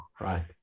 right